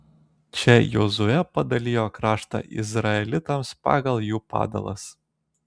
čia jozuė padalijo kraštą izraelitams pagal jų padalas